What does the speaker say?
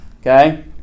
okay